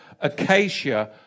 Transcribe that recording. Acacia